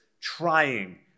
trying